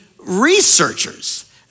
researchers